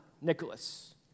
Nicholas